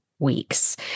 weeks